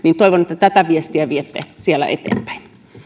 toivon että tätä viestiä viette siellä eteenpäin